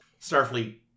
Starfleet